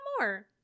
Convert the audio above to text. more